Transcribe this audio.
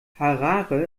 harare